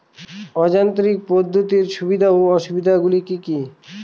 অযান্ত্রিক পদ্ধতির সুবিধা ও অসুবিধা গুলি কি কি?